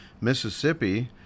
Mississippi